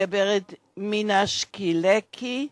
הגברת מנקשי לקי,